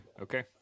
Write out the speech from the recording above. Okay